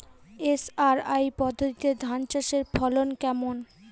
SRI পদ্ধতিতে ধান চাষের ফলন কেমন?